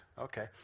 Okay